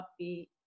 happy